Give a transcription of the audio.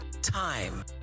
time